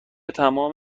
تمام